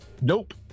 Nope